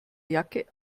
jacke